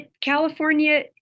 California